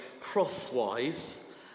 crosswise